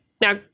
now